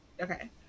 Okay